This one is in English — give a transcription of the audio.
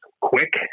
quick